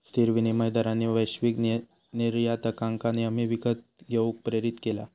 स्थिर विनिमय दरांनी वैश्विक निर्यातकांका नेहमी विकत घेऊक प्रेरीत केला